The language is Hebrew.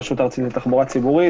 ברשות הארצית לתחבורה ציבורית.